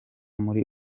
muri